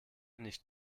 nicht